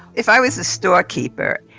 if i was the storekeeper,